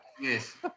Yes